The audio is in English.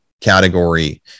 category